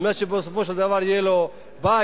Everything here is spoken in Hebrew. כדי שבסופו של דבר יהיה לו בית,